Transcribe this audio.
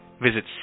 visit